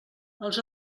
els